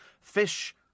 fish